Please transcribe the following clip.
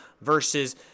versus